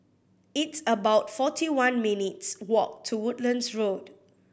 it's about forty one minutes' walk to Woodlands Road